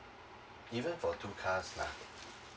even for two cars lah